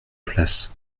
place